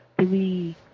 Three